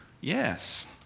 Yes